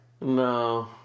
No